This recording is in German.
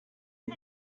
die